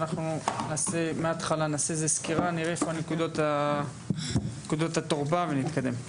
אנחנו נקבל סקירה ונראה היכן נקודות התורפה ונתקדם.